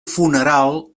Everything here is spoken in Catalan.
funeral